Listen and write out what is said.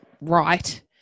right